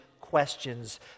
questions